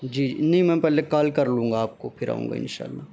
جی نہیں میں پہلے کال کر لوں گا آپ کو پھر آؤں گا ان شاء اللہ